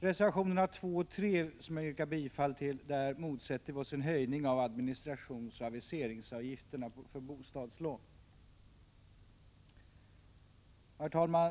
I reservationerna 2 och 3, vilka jag yrkar bifall till, motsätter vi oss en höjning av administrationsoch aviseringsavgifterna för bostadslån. Herr talman!